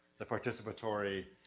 the participatory,